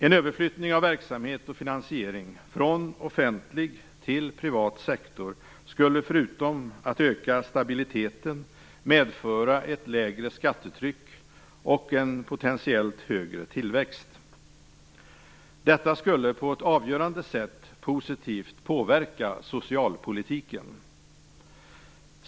En överflyttning av verksamhet och finansiering från offentlig till privat sektor skulle, förutom att öka stabiliteten, medföra ett lägre skattetryck och en potentiellt högre tillväxt. Detta skulle på ett avgörande positivt sätt påverka socialpolitiken.